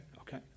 okay